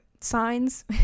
signs